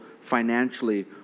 financially